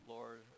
Lord